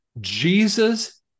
Jesus